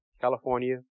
California